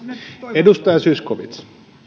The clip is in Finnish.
edustaja zyskowicz